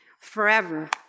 forever